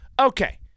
Okay